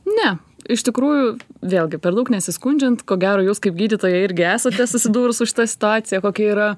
ne iš tikrųjų vėlgi per daug nesiskundžiant ko gero jūs kaip gydytoja irgi esate susidūrus su šita situacija kokia yra